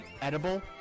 edible